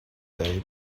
day